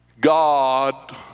God